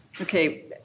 Okay